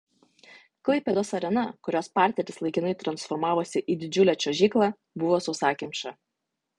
klaipėdos arena kurios parteris laikinai transformavosi į didžiulę čiuožyklą buvo sausakimša